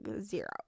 zero